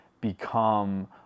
become